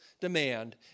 demand